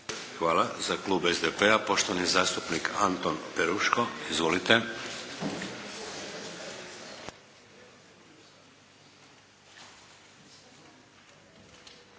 Hvala. Za klub SDP-a poštovani zastupnik Anton Peruško. Izvolite.